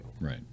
Right